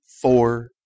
four